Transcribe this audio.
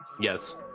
Yes